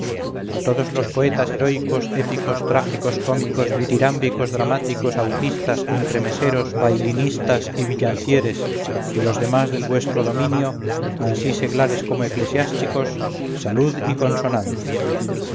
a todos los poetas heroicos épicos trágicos cómicos ditirámbicos dramáticos autistas entremeseros bailinistas y villancieres y los demás del nuestro dominio ansí seglares como eclesiásticos salud y consonantes